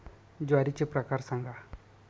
ज्वारीचे प्रकार सांगा